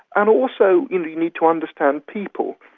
and also you need to understand people,